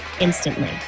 instantly